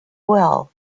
well